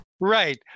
Right